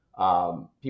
People